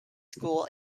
school